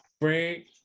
break